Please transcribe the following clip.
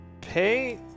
Pay